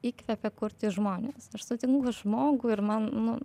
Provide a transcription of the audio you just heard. įkvepia kurti žmonės aš sutinku žmogų ir man nu